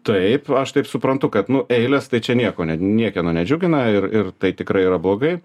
taip aš taip suprantu kad nu eilės tai čia nieko ne niekieno nedžiugina ir ir tai tikrai yra blogai